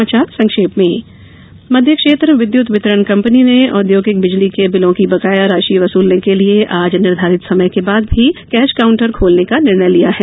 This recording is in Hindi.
कुछ समाचार संक्षेप में मध्यक्षेत्र विद्युत वितरण कंपनी ने औद्योगिक बिजली के बिलों की बकाया राशि वसूलने के लिये आज निर्धारित समय के बाद भी कैश काउंटर खोलने का निर्णय लिया है